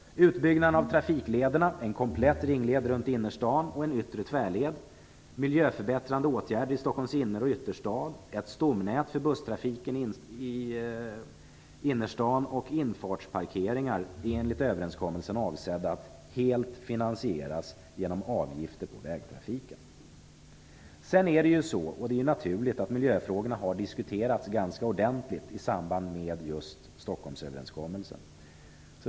Utbyggnaden av trafiklederna, en komplett ringled runt innerstaden och en yttre tvärled, miljöförbättrande åtgärder i Stockholms inner och ytterstad, ett stomnät för busstrafiken i innerstaden och infartsparkeringar är enligt överenskommelsen avsedda att helt finansieras genom avgifter på vägtrafiken. Sedan är det ju så, och det är naturligt, att miljöfrågorna har diskuterats ganska ordentligt i samband med just Stockholmsöverenskommelsen.